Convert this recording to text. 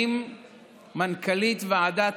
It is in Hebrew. עם מנכ"לית ועדת